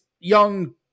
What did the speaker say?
Young